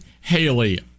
Haley